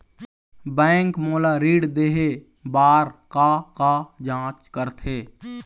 Bank मोला ऋण देहे बार का का जांच करथे?